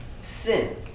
Sin